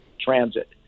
transit